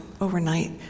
overnight